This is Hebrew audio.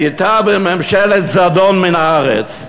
כי תעביר ממשלת זדון מן הארץ,